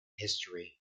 history